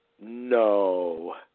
No